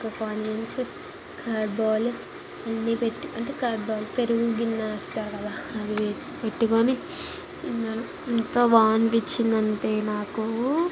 ఒక five minutes curd bowl అన్నీ పెట్టుకొని అంటే కర్డ్ బౌల్ పెరుగుగిన్నెఇస్తాడు కదా అది బె పెట్టుకొని తిన్నాను ఎంతో బాగా అనిపిచ్చిందంటే నాకూ